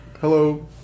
Hello